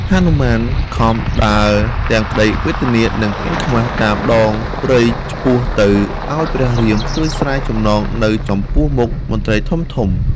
ហនុមានខំដើរទាំងក្តីវេទនានិងអៀនខ្មាសតាមដងព្រៃឆ្ពោះ ទៅឱ្យព្រះរាមជួយស្រាយចំណងនៅចំពោះមុខមន្ត្រីធំៗ។